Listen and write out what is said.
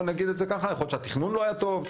יכול להיות שהתכנון לא היה טוב,